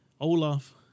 Olaf